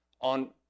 on